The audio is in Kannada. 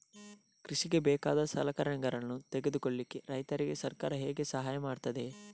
ಕೃಷಿಗೆ ಬೇಕಾದ ಸಲಕರಣೆಗಳನ್ನು ತೆಗೆದುಕೊಳ್ಳಿಕೆ ರೈತರಿಗೆ ಸರ್ಕಾರ ಹೇಗೆ ಸಹಾಯ ಮಾಡ್ತದೆ?